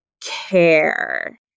care